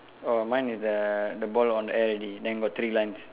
oh mine is the the ball on air already then got three lines